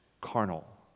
carnal